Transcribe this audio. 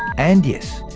and yes,